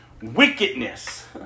Wickedness